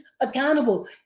accountable